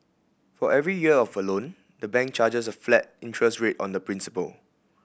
for every year of a loan the bank charges a flat interest rate on the principal